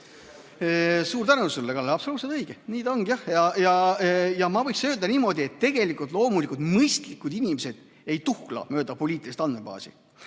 Suur tänu sulle, Kalle! Absoluutselt õige, nii ta ongi, jah. Ja ma võiks öelda niimoodi, et tegelikult loomulikult mõistlikud inimesed ei tuhla mööda poliitilist andmebaasi.